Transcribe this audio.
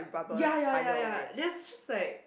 ya ya ya ya there is just like